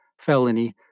felony